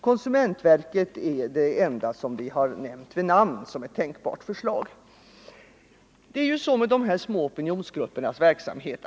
Konsumentverket är det enda organ som vi nämnt som tänkbart i sammanhanget.